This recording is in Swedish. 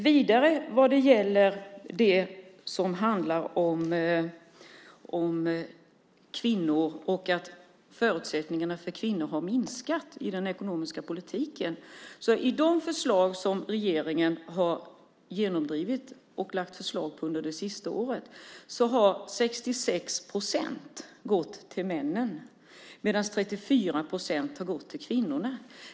Jag vill också ta upp det som handlar om att förutsättningarna för kvinnor har minskat i den ekonomiska politiken. I de förslag som regeringen har genomdrivit och lagt fram under det sista året har 66 procent gått till männen medan 34 procent har gått till kvinnorna.